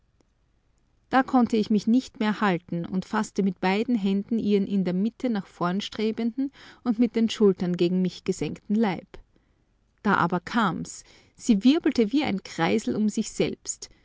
da konnte ich mich nicht mehr halten und faßte mit beiden händen ihren in der mitte nach vorn strebenden und mit den schultern gegen mich gesenkten leib da aber kam's sie wirbelte wie ein kreisel um sich selbst